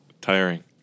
tiring